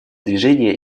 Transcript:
движения